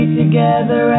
together